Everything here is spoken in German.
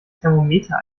thermometer